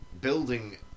Building